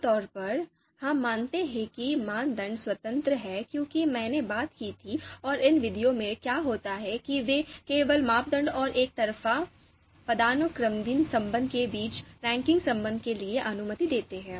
आमतौर पर हम मानते हैं कि मानदंड स्वतंत्र हैं क्योंकि मैंने बात की थी और इन विधियों में क्या होता है कि वे केवल मापदंड और एक तरफा पदानुक्रमित संबंध के बीच रैखिक संरचना के लिए अनुमति देते हैं